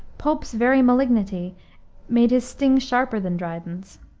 pope's very malignity made his sting sharper than dryden's.